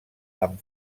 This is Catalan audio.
amb